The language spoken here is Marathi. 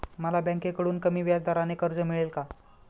मला बँकेकडून कमी व्याजदराचे कर्ज मिळेल का?